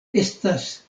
estas